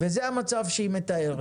וזה המצב שהיא מתארת.